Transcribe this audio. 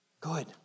Good